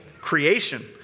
creation